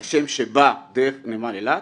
על שם שבא דרך נמל אילת,